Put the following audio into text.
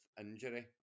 injury